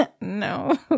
No